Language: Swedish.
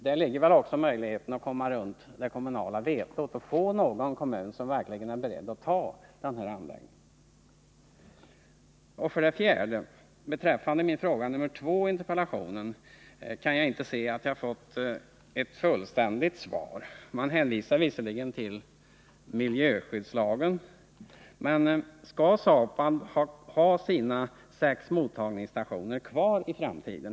Däri ligger väl också möjligheten att komma runt det kommunala vetot och finna någon kommun som verkligen är beredd att acceptera lokalisering av en sådan anläggning. 4. På min fråga nr 2 i interpellationen kan jag inte se att jag fått ett fullständigt svar. Jordbruksministern hänvisar visserligen till mi'jöskyddslagen, men skall SAKAB ha sina sex mottagningsstationer kvar i framtiden?